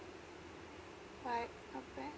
right not bad